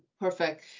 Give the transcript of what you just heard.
Perfect